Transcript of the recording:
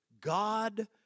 God